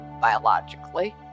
biologically